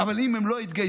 אבל אם הם לא יתגייסו,